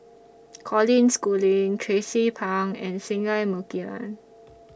Colin Schooling Tracie Pang and Singai Mukilan